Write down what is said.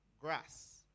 grass